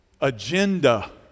agenda